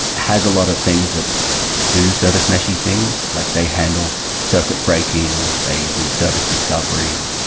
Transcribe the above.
has a lot of things that do service meshy things. like they handle circuit breaking, they do service discovery,